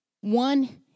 One